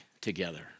together